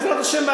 בעזרת השם,